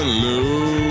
Hello